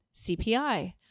cpi